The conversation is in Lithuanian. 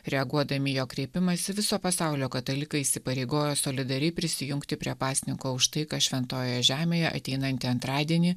reaguodami į jo kreipimąsi viso pasaulio katalikai įsipareigojo solidariai prisijungti prie pasninko už taiką šventojoje žemėje ateinantį antradienį